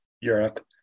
Europe